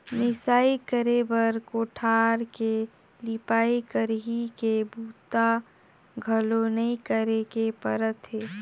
मिंसई करे बर कोठार के लिपई, खरही के बूता घलो नइ करे के परत हे